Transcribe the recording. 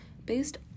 based